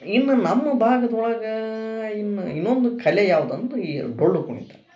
ಇನ್ನು ನಮ್ಮ ಭಾಗದೊಳಗ ಇನ್ನು ಇನ್ನೊಂದು ಕಲೆ ಯಾವುದಂತ ಈ ಡೊಳ್ಳು ಕುಣಿತ